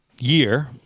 year